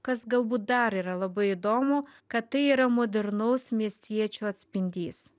kas galbūt dar yra labai įdomu kad tai yra modernaus miestiečio atspindys